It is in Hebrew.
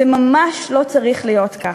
זה ממש לא צריך להיות ככה.